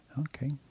Okay